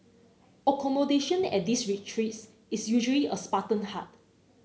accommodation at these retreats is usually a Spartan hut